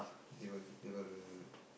they will they will